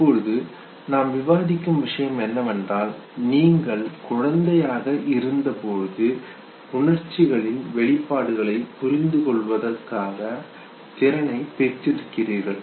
இப்பொழுது நாம் விவாதிக்கும் விஷயம் என்னவென்றால் நீங்கள் குழந்தையாக இருந்தபோதே உணர்ச்சிகளின் வெளிப்பாடுகளை புரிந்துகொள்வதற்கான திறனை பெற்றிருக்கிறீர்கள்